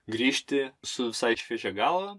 grįžti su visai šviežia galva